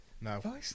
no